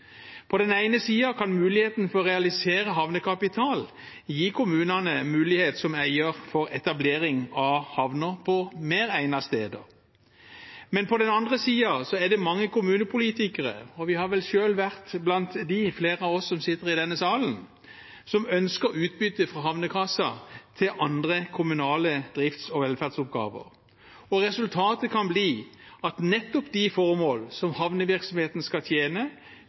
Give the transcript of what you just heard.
På den ene siden kan muligheten for å realisere havnekapital gi kommunene som eiere en mulighet for etablering av havner på mer egnede steder. Men på den andre siden er det mange kommunepolitikere – og vi har vel selv vært blant dem, flere av oss som sitter i denne salen – som ønsker utbytte fra havnekassen til andre kommunale drifts- og velferdsoppgaver. Resultatet kan bli at nettopp de formål som havnevirksomheten skal tjene,